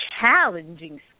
challenging